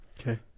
Okay